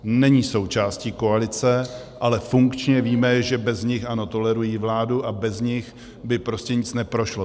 Není součástí koalice, ale funkčně víme, že bez nich ano tolerují vládu bez nich by prostě nic neprošlo.